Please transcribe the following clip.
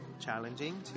challenging